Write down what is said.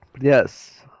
Yes